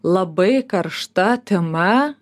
labai karšta tema